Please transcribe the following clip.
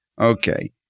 Okay